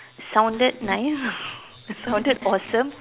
sounded nice sounded awesome